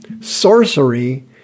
Sorcery